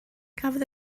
cafodd